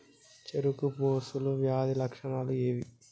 చెరుకు పొలుసు వ్యాధి లక్షణాలు ఏవి?